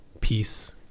peace